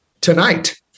tonight